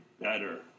better